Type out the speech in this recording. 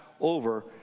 over